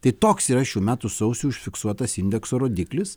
tai toks yra šių metų sausį užfiksuotas indekso rodiklis